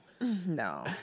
no